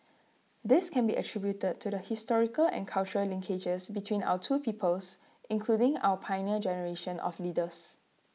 this can be attributed to the historical and cultural linkages between our two peoples including our Pioneer Generation of leaders